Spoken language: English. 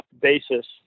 basis